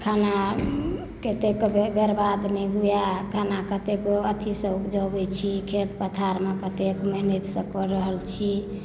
खानाकेँ देखबै बर्बाद नहि हुए खाना कतेक अथीसँ उपजबै छी खेत पथारमे कतेक मेहनतिसँ कऽ रहल छी